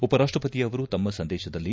ಉಪರಾಷ್ಷಪತಿಯವರು ತಮ್ಮ ಸಂದೇಶದಲ್ಲಿ